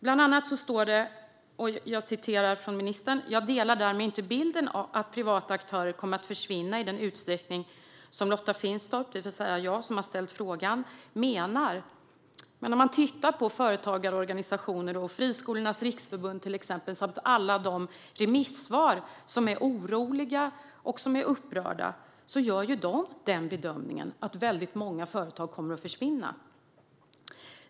Bland annat står det: "Jag delar därmed inte bilden att privata aktörer kommer att försvinna i den utsträckning som Lotta Finstorp menar." Men om man tittar på vad som sägs till exempel av företagarorganisationer, av Friskolornas riksförbund och i alla de remissvar som är oroliga och upprörda ser vi att de just gör bedömningen att väldigt många företag kommer att försvinna.